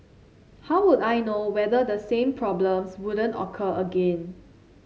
how would I know whether the same problems wouldn't occur again